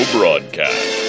Broadcast